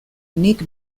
nik